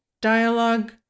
Dialogue